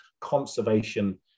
conservation